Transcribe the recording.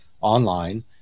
online